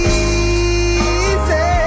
easy